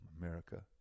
America